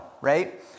right